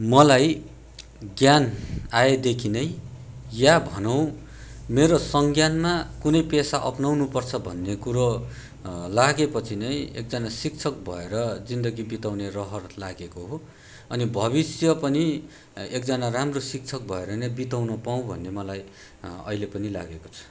मलाई ज्ञान आएदेखि नै वा भनौँ मेरो संज्ञानमा कुनै पेसा अपनाउनु पर्छ भन्ने कुरो लागे पछि नै एकजना शिक्षक भएर जिन्दगी बिताउने रहर लागेको हो अनि भविष्य पनि एकजना राम्रो शिक्षक भएर नै बिताउन पाऊँ भन्ने मलाई अहिले पनि लागेको छ